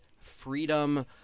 Freedom